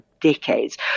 decades